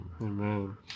Amen